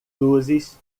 luzes